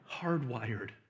hardwired